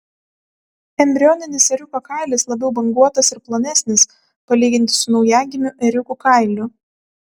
embrioninis ėriuko kailis labiau banguotas ir plonesnis palyginti su naujagimių ėriukų kailiu